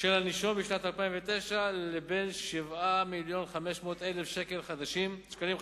של הנישום בשנת המס 2009 לבין 7 מיליונים ו-500,000 שקלים חדשים